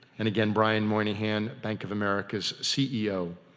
and again, brian moynihan, bank of america's ceo,